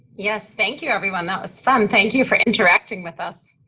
yes thank you everyone, that was fun. thank you you for interacting with us.